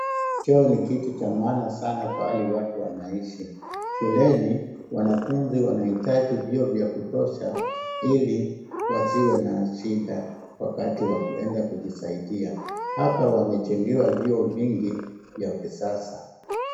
Choo ni kitu cha maana sana pahali watu wanaishi. Shuleni watu wanahitaji vyoo vya kutosha ili wasiwe na shida wakati wa kuenda kujisaidia. Hapa wamejengewa vyoo vingi vya kisasa.